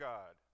God